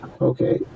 Okay